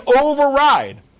override